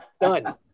Done